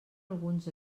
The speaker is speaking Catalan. alguns